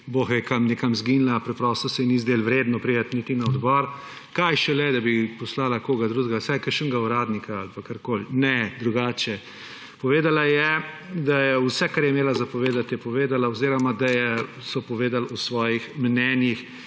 ve kam nekam izginila. Preprosto se ji ni zdelo vredno priti niti na odbor, kaj šele da bi poslala koga drugega, vsaj kakšnega uradnika. Ne, drugače, povedala je, da je vse, kar je imela za povedati, povedala; oziroma da so povedali v svojih mnenjih,